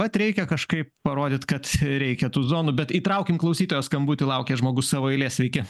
vat reikia kažkaip parodyt kad reikia tų zonų bet įtraukim klausytojo skambutį laukia žmogus savo eilės sveiki